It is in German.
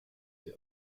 sie